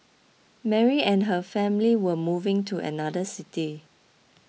Mary and her family were moving to another city